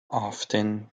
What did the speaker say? often